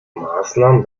maßnahmen